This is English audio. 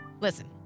Listen